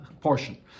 portion